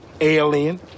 Alien